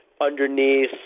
underneath